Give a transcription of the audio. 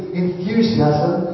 enthusiasm